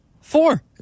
four